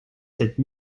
cette